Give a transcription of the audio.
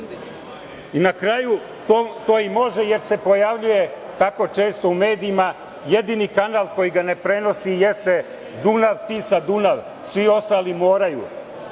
kraju, to i može jer se pojavljuje tako često u medijima. Jedini kanal koji ga ne prenosi jeste Dunav - Tisa - Dunav, a svi ostali moraju.